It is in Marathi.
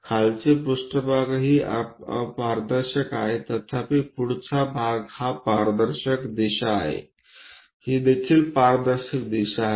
खालचे पृष्ठभाग ही अपारदर्शक आहे तथापि पुढचा भाग ही पारदर्शक दिशा आहे ही देखील पारदर्शक दिशा आहे